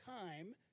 time